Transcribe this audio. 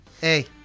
Hey